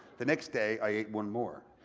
the next day i ate one more.